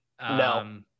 No